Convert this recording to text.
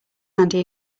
handy